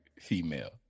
female